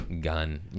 gun